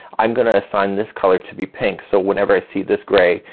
i'm gonna assign this color to be pink. so whenever i see this gray,